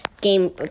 game